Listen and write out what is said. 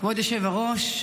כבוד היושב-ראש,